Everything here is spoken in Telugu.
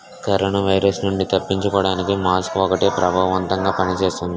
కరోనా వైరస్ నుండి తప్పించుకోడానికి మాస్కు ఒక్కటే ప్రభావవంతంగా పని చేస్తుంది